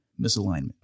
misalignment